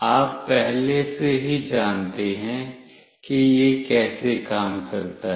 आप पहले से ही जानते हैं कि यह कैसे काम करता है